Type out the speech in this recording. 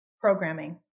programming